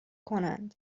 کنند